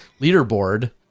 leaderboard